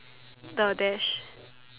the dash